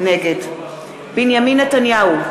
נגד בנימין נתניהו,